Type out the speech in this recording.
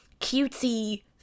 cutesy